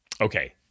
Okay